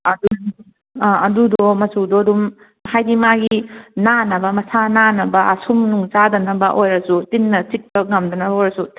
ꯑꯗꯨꯗꯣ ꯃꯆꯨꯗꯣ ꯑꯗꯨꯝ ꯍꯥꯏꯗꯤ ꯃꯥꯒꯤ ꯅꯥꯟꯅꯕ ꯃꯁꯥ ꯅꯥꯟꯅꯕ ꯁꯨꯝ ꯅꯨꯡ ꯆꯥꯗꯅꯕ ꯑꯣꯏꯔꯁꯨ ꯇꯤꯟꯅ ꯆꯤꯛꯄ ꯉꯝꯗꯅꯕ ꯑꯣꯏꯔꯁꯨ